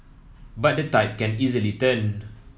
but the tide can easily turn